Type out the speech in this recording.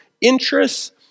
interests